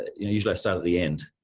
usually i start at the end.